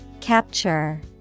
capture